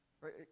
right